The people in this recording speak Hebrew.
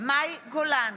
מאי גולן,